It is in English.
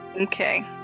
Okay